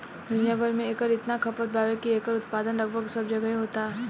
दुनिया भर में एकर इतना खपत बावे की एकर उत्पादन लगभग सब जगहे होता